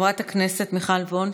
חברת הכנסת מיכל וונש,